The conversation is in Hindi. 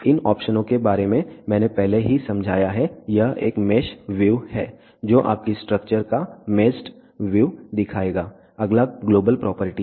इन ऑप्शनों के बारे में मैंने पहले ही समझाया है यह एक मेष व्यू है जो आपकी स्ट्रक्चर का मेश्ड व्यू दिखाएगा अगला ग्लोबल प्रॉपर्टी है